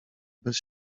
bez